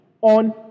on